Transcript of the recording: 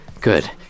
good